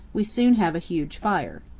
we soon have a huge fire.